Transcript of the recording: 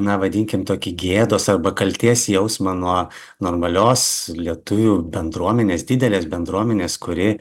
na vadinkim tokį gėdos arba kaltės jausmą nuo normalios lietuvių bendruomenės didelės bendruomenės kuri